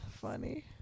Funny